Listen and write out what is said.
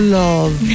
love